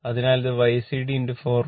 അതിനാൽ ഇത് Ycd 44